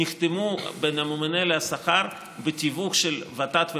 נחתמו בין הממונה על השכר בתיווך של ות"ת ומל"ג,